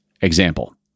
Example